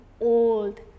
old